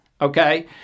Okay